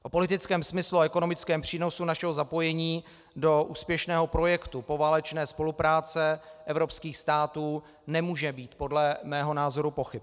O politickém smyslu a ekonomickém přínosu našeho zapojení do úspěšného projektu poválečné spolupráce evropských států nemůže být podle mého názoru pochyb.